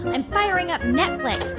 i'm firing up netflix.